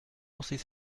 lancer